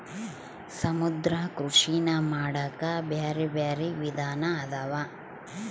ಸಮುದ್ರ ಕೃಷಿನಾ ಮಾಡಾಕ ಬ್ಯಾರೆ ಬ್ಯಾರೆ ವಿಧಾನ ಅದಾವ